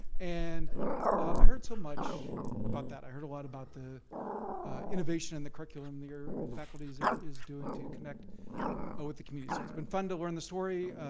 and i heard so much about that. i heard a lot about the innovation in the curriculum your faculty is is doing to connect ah with the community. so it's been fun to learn the story.